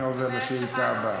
אני עובר לשאילתה הבאה.